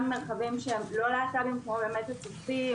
במרחבים שהם לא להט"בים כמו בצופים,